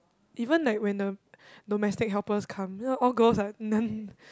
even like when the domestic helpers come then all girls [what] then